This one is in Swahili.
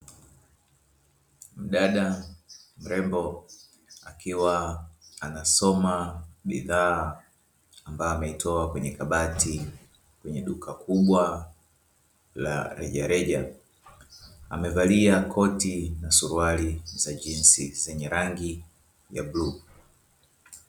Mdada mrembo akiwa anasoma bidhaa ambayo ametoa kwenye kabati, kwenye duka kubwa la rejareja. Amevalia koti na suruali za jinsi za rangi ya bluu.